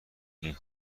این